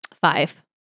five